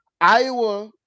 Iowa